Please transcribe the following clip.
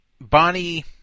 Bonnie